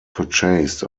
purchased